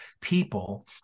people